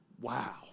Wow